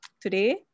today